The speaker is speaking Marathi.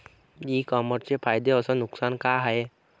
इ कामर्सचे फायदे अस नुकसान का हाये